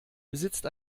besitzt